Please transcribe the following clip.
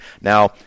Now